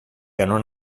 non